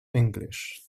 english